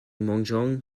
montjean